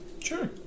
Sure